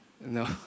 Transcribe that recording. No